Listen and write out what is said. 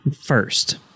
first